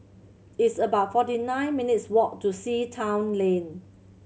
it's about forty nine minutes' walk to Sea Town Lane